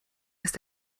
ist